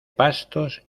pastos